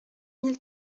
mille